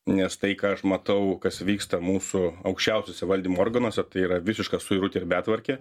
nes tai ką aš matau kas vyksta mūsų aukščiausiose valdymo organuose tai yra visiška suirutė ir betvarkė